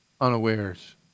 unawares